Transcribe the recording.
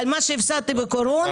על מה שהפסדתי בקורונה.